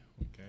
okay